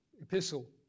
epistle